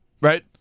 Right